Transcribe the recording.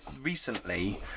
recently